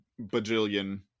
bajillion